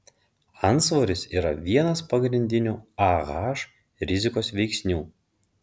antsvoris yra vienas pagrindinių ah rizikos veiksnių